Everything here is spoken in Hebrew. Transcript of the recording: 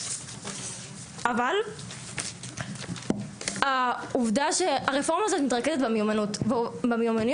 אבל העובדה היא שהרפורמה הזאת מתרכזת במיומנויות.